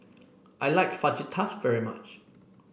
I like Fajitas very much